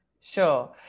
Sure